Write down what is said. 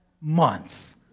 month